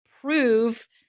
prove